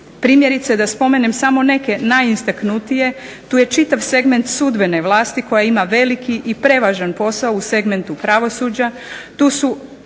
Primjerice da spomenem samo neke najistaknutije, tu je čitav segment sudbene vlasti koja ima veliki i prevažan posao u segmentu pravosuđa, tu su